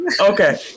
Okay